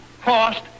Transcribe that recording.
cost